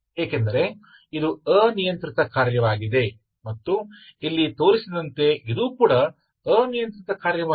ಏಕೆಂದರೆ ಇದು ಅನಿಯಂತ್ರಿತ ಕಾರ್ಯವಾಗಿದೆ ಮತ್ತು ಇಲ್ಲಿ ತೋರಿಸಿದಂತೆ ಇದು ಕೂಡ ಅನಿಯಂತ್ರಿತ ಕಾರ್ಯವಾಗಿದೆ